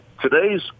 today's